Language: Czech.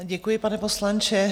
Děkuji, pane poslanče.